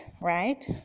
right